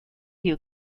you